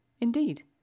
Indeed